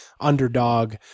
underdog